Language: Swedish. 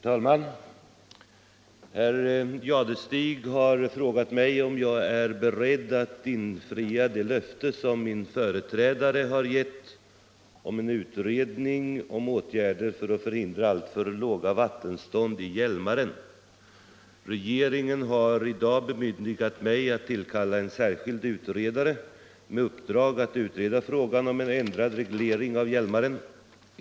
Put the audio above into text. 10, och anförde: Herr talman! Herr Jadestig har frågat mig om jag är beredd att infria det löfte som min företrädare har gett om en utredning om åtgärder för att förhindra alltför låga vattenstånd i Hjälmaren. Regeringen har i dap bemyndigat mig att ullkalla en särskild utredare för frågan om en ändrad reglering av Hjälmaren.